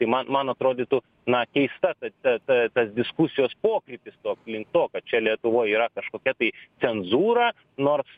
tai man man atrodytų na keista ta ta ta tas diskusijos pokrypis toks link to ką čia lietuvoj yra kažkokia tai cenzūra nors